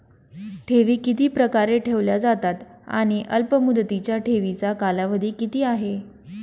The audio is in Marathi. ठेवी किती प्रकारे ठेवल्या जातात आणि अल्पमुदतीच्या ठेवीचा कालावधी किती आहे?